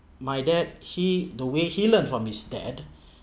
my dad he the way he learnt from his dad